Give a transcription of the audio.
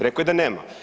Reko je da nema.